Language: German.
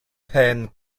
pan